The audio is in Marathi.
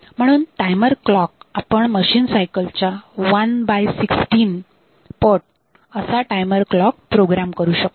म्हणून टायमर क्लॉक आपण मशीन सायकलच्या one by sixteen 116 of machine cylce पट असा टायमर क्लॉक प्रोग्राम करू शकतो